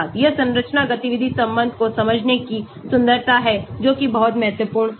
यह संरचना गतिविधि संबंध को समझने की सुंदरता है जो कि बहुत महत्वपूर्ण है